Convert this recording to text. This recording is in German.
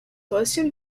häuschen